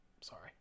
Sorry